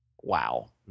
Wow